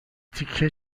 تیکه